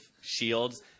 shields